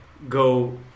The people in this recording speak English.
go